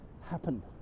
happen